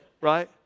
right